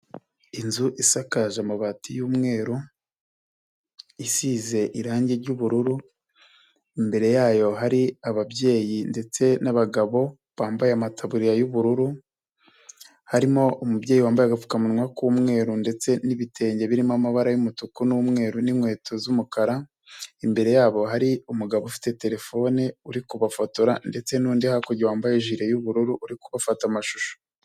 Inzu isakaje amabati y'umweru isize irange ry'ubururu, imbere yayo hari ababyeyi ndetse n'abagabo bambaye amataburiya y'ubururu, harimo umubyeyi wambaye agapfukamunwa k'umweru ndetse n'ibitenge birimo amabara y'umutuku n'umweru n'inkweto z'umukara, imbere yabo hari umugabo ufite telefone uri kubafotora, ndetse n'undi hakurya wambaye ijire y'ubururu uri kubafata amashusho.